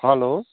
hello